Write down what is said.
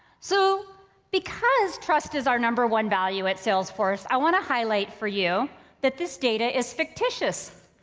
so because trust is our number one value at salesforce, i wanna highlight for you that this data is fictitious.